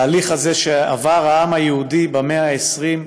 התהליך הזה שעבר העם היהודי במאה ה-20,